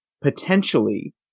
potentially